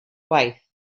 gwaith